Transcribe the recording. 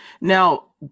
Now